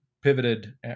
pivoted